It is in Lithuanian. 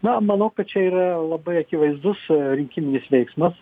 na manau kad čia yra labai akivaizdus rinkiminis veiksmas